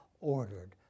ordered